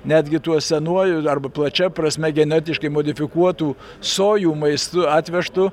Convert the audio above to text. netgi tuo senuoju arba plačia prasme genetiškai modifikuotų sojų maistu atvežtu